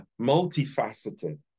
multifaceted